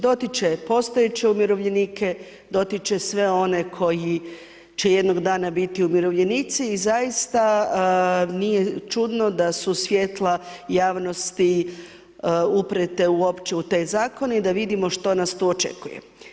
Dotiče postojeće umirovljenike, dotiče sve one koji će jednog dana biti umirovljenici i zaista nije čudno da su svijetla javnosti uprijete uopće u taj zakon i da vidimo što nas tu očekuje.